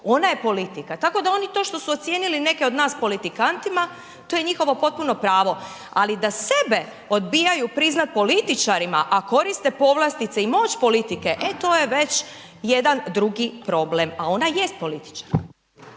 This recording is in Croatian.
ona je politika. Tako da oni to što su ocijenili nas neke politikantima, to je njihovo potpuno pravo. Ali da sebe odbijaju priznati političarima, a koriste povlastice i moć politike, e to je već jedan drugi problem. A ona jest političarka.